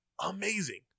Amazing